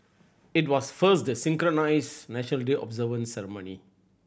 it was first the synchronised National Day observance ceremony